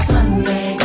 Sunday